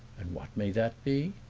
and what may that be?